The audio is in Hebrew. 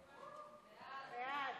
ההצעה